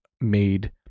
made